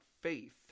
faith